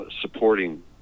supporting